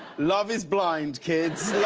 love is blind, kids,